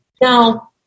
Now